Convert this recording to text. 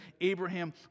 Abraham